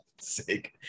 Sick